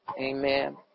Amen